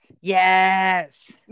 Yes